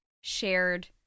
shared